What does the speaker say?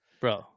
Bro